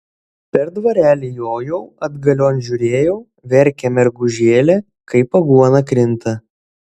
per dvarelį jojau atgalion žiūrėjau verkia mergužėlė kaip aguona krinta